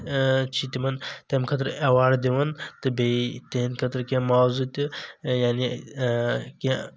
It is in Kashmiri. چھ تِمن تٔمہِ خأطرٕ اٮ۪واڈ دِوان تہٕ بیٚیہِ تِہنٛدِ خأطرٕ کیٚنٛہہ معاوضہ تہِ یعنی کینٛہہ